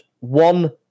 One